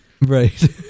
right